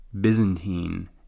Byzantine